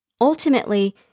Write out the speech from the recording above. ultimately